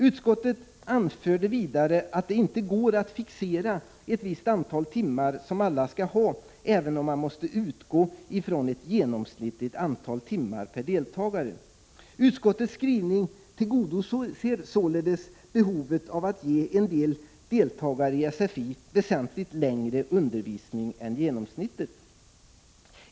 Utskottet anförde vidare att det inte går att fixera ett visst antal timmar som alla skall ha även om man måste utgå från ett genomsnittligt antal timmar per deltagare. Genom utskottets skrivning tillgodoses således behovet av att ge en del deltagare i sfi väsentligt längre undervisning än i genomsnitt.